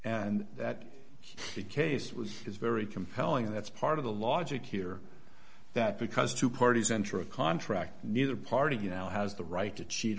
and that the case was is very compelling and that's part of the logic here that because two parties enter a contract neither party you know has the right to cheat